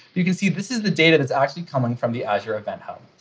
you can see this is the data that's actually coming from the azure event hub.